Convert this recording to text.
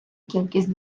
кількість